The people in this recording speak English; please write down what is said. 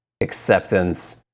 acceptance